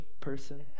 person